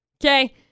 Okay